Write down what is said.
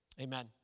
Amen